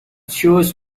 shows